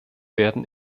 werden